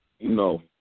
No